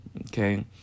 Okay